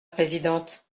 présidente